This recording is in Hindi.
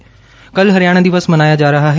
कल हरियाणा दिवस मनाया जा रहा है